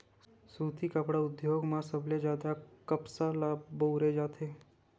सुती कपड़ा उद्योग म सबले जादा कपसा ल बउरे जाथे